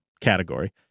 category